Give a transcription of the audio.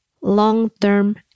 long-term